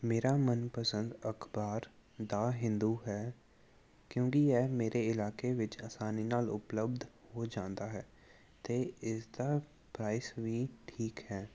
ਮੇਰਾ ਮਨਪਸੰਦ ਅਖਬਾਰ ਦਾ ਹਿੰਦੂ ਹੈ ਕਿਉਂਕਿ ਇਹ ਮੇਰੇ ਇਲਾਕੇ ਵਿੱਚ ਆਸਾਨੀ ਨਾਲ ਉਪਲਬਧ ਹੋ ਜਾਂਦਾ ਹੈ ਅਤੇ ਇਸਦਾ ਪ੍ਰਾਈਸ ਵੀ ਠੀਕ ਹੈ